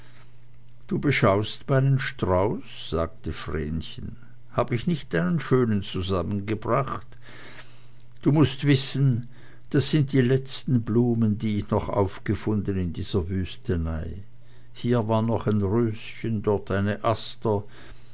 du beschaust meinen strauß sagte vrenchen hab ich nicht einen schönen zusammengebracht du mußt wissen dies sind die letzten blumen die ich noch aufgefunden in dieser wüstenei hier war noch ein röschen dort eine aster